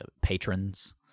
patrons